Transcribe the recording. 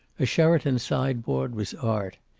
a sheraton sideboard was art.